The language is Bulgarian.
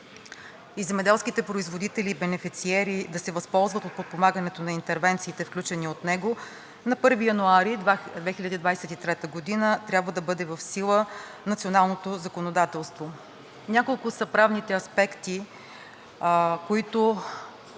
и земеделските производители и бенефициери да се възползват от подпомагането на интервенциите, включени в него, на 1 януари 2023 г. трябва да бъде в сила националното законодателство. Няколко са правните аспекти, които